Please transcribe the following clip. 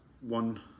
one